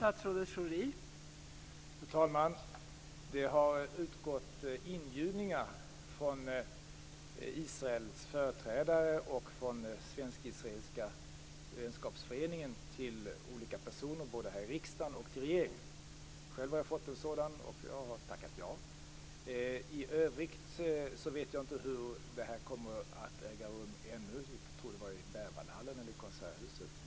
Fru talman! Det har utgått inbjudningar från Israels företrädare och från den svensk-israeliska vänskapsföreningen till olika personer både här i riksdagen och i regeringen. Själv har jag fått en sådan, och jag har tackat ja. I övrigt vet jag ännu inte hur detta kommer att äga rum. Jag tror att det skall ske i Berwaldhallen eller i Konserthuset.